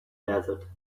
desert